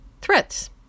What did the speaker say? Threats